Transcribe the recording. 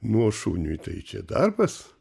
nu o šuniui tai čia darbas